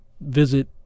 visit